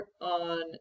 on